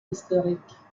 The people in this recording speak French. historiques